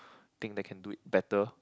thing that can do it better